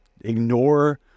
Ignore